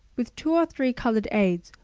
with two or three colored aids,